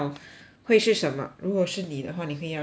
会是什么如果是你的话你会要是什么